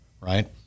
Right